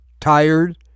tired